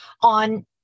on